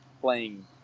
playing